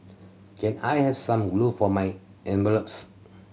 can I have some glue for my envelopes